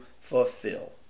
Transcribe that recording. fulfill